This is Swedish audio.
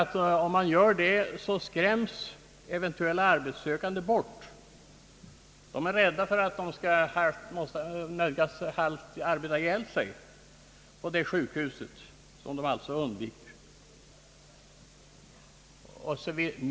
Ty om man gör det skräms eventuella arbetssökande bort, De är rädda för att de skall nödgas halvt arbeta ihjäl sig på det sjukhuset, och därför undviker de det.